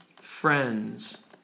friends